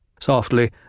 Softly